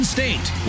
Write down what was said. State